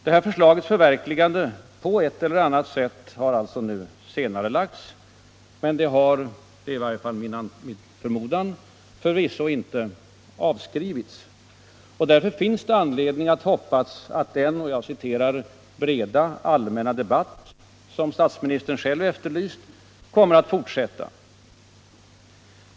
Det här förslagets förverkligande på ett eller annat sätt har alltså nu senarelagts, men det har — det är i varje fall min förmodan —- förvisso inte avskrivits. Det finns därför all anledning att hoppas att den ”breda allmänna debatt” som statsministern själv efterlyst kommer att fortsätta.